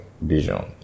vision